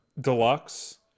Deluxe